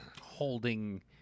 holding